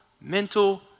mental